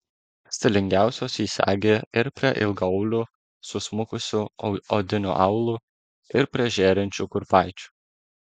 stilingiausios jį segi ir prie ilgaaulių susmukusiu odiniu aulu ir prie žėrinčių kurpaičių